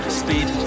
speed